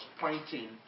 pointing